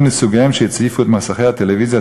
לסוגיהם שהציפו את מסכי הטלוויזיה,